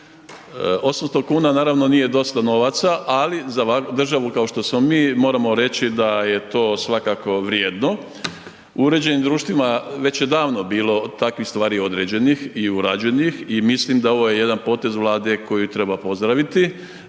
800,00 kn naravno nije dosta novaca, ali za državu kao što smo mi moramo reći da je to svakako vrijedno. U uređenim društvima već je davno bilo takvih stvari određenih i urađenih i mislim da ovo je jedan potez Vlade koji treba pozdraviti.